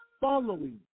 following